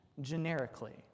generically